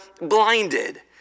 blinded